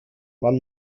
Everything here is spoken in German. man